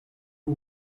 who